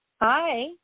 Hi